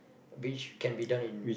the beach can be done in